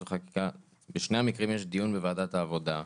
בשני המקרים יש דיון בוועדת העבודה,